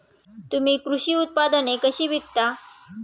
तुम्ही कृषी उत्पादने कशी विकता?